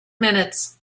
minutes